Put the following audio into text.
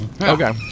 Okay